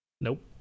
Nope